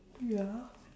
ya